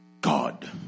God